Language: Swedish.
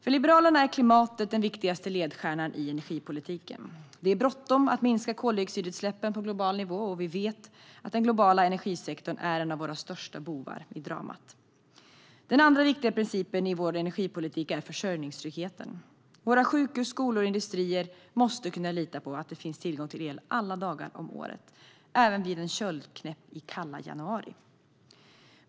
För Liberalerna är klimatet den viktigaste ledstjärnan i energipolitiken. Det är bråttom att minska koldioxidutsläppen på global nivå, och vi vet att den globala energisektorn är en av de största bovarna i dramat. Den andra viktiga principen i vår energipolitik är försörjningstryggheten. Våra sjukhus, skolor och industrier måste kunna lita på att det finns tillgång till el alla dagar på året, även vid en köldknäpp i kalla januari.